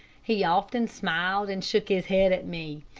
he often smiled, and shook his head at me.